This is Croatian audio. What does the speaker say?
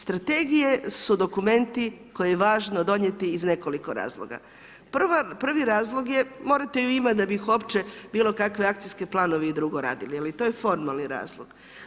Strategije su dokumenti, koje je važno donijeti iz nekoliko razloga, prvi razlog je, morate ju imati, da bi uopće bilo kakve akcijski planovi i drugo radili, a to je formalni razlog.